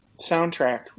soundtrack